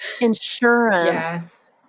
insurance